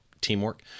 teamwork